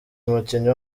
umukinnyi